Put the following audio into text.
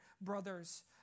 brothers